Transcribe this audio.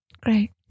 great